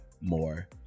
more